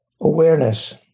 awareness